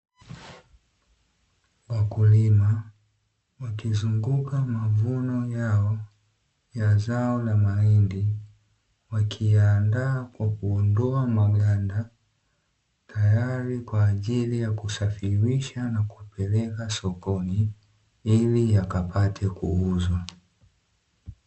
Wakulima wakizunguka mavuno yao ya zao la mahindi wakiyaandaa kwa kuondoa maganda tayari kwaajili ya kusafirisha na kupeleka sokoni ili yakapate kuuzwa.